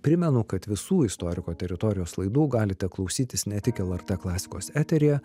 primenu kad visų istoriko teritorijos laidų galite klausytis ne tik lrt klasikos eteryje